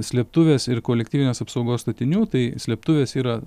slėptuvės ir kolektyvinės apsaugos statinių tai slėptuvės yra